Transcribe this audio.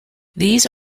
these